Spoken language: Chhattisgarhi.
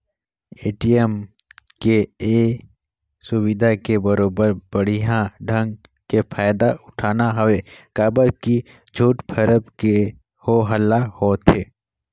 ए.टी.एम के ये सुबिधा के बरोबर बड़िहा ढंग के फायदा उठाना हवे काबर की झूठ फरेब के हो हल्ला होवथे